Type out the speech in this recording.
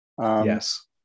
Yes